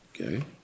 Okay